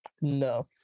No